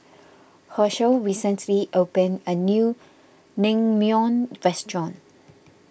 Hershel recently opened a new Naengmyeon restaurant